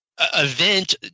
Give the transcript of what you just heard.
event